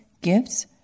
gifts